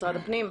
משרד הפנים,